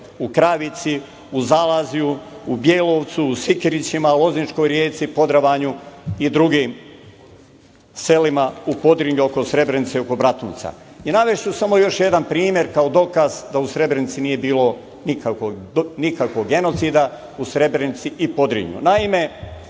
u Kravici, Zalazju, u Bjelovcu, Sikirićima, Lozničkoj rjeci, Podravanju i drugim selima u Podrinju i oko Srebrenice i Bratunca. Navešću samo još jedan primer kao dokaz da u Srebrenici nije bilo nikakvog genocida u Srebrenici i Podrinju.